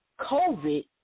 COVID